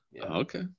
Okay